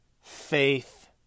faith